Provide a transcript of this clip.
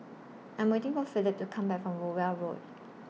I'm waiting For Philip to Come Back from Rowell Road